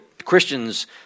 Christians